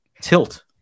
tilt